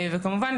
וכמובן,